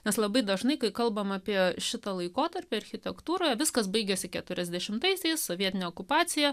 nes labai dažnai kai kalbame apie šitą laikotarpį architektūroje viskas baigiasi keturiasdešimtaisiais sovietinė okupaciją